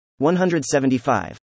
175